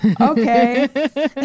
okay